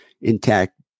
intact